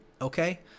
okay